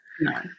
No